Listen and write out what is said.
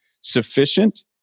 sufficient